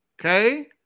Okay